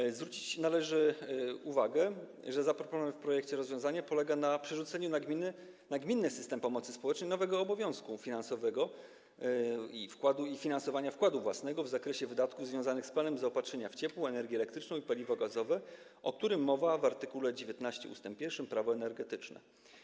Należy zwrócić uwagę, że zaproponowane w projekcie rozwiązanie polega na przerzuceniu na gminę, na gminny system pomocy społecznej, nowego obowiązku finansowego - finansowania wkładu własnego w zakresie wydatków związanych z planem zaopatrzenia w ciepło, energię elektryczną i paliwa gazowe, o którym mowa w art. 19 ust. 1 ustawy Prawo energetyczne.